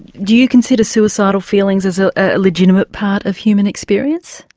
do you consider suicidal feelings as a ah legitimate part of human experience?